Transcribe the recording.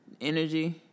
energy